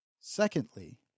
Secondly